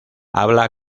habla